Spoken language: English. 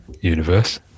universe